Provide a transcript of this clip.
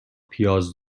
پیاز